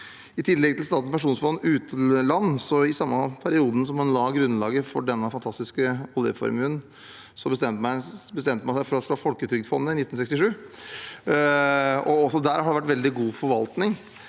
I tillegg til Statens pensjonsfond utland: I den samme perioden som man la grunnlaget for denne fantastiske oljeformuen, bestemte man seg i 1967 for også å ha Folketrygdfondet. Også der har det vært veldig god forvaltning,